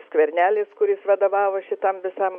skvernelis kuris vadovavosi tam visam